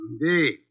Indeed